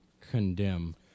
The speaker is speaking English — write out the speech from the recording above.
condemn